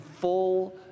full